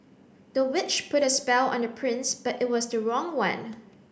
the witch put a spell on the prince but it was the wrong one